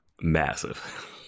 massive